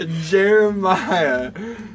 Jeremiah